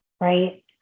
Right